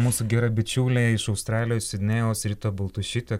mūsų gera bičiulė iš australijos sidnėjaus rita baltušytė